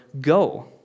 go